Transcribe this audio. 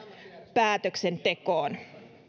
päätöksentekoon